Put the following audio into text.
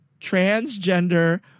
transgender